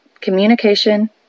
communication